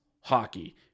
hockey